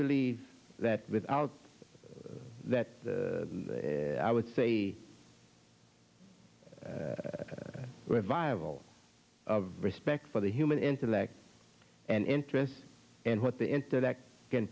believe that without that i would say revival of respect for the human intellect and interest in what the internet can